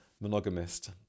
monogamist